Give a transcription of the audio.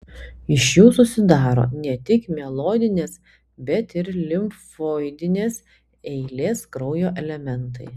iš jų susidaro ne tik mieloidinės bet ir limfoidinės eilės kraujo elementai